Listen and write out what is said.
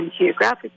geographic